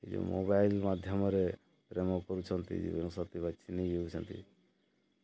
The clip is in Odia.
ଏ ଯୋଉ ମୋବାଇଲ୍ ମାଧ୍ୟମରେ ପ୍ରେମ କରୁଛନ୍ତି ଯେଉଁ ସତି ବାଛି ନେଇଯାଉଛନ୍ତି